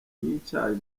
n’icyayi